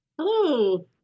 Hello